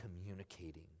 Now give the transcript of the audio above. communicating